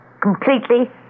Completely